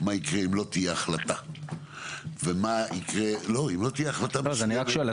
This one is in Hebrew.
מה יקרה אם לא תהיה החלטה --- אני רק שואל,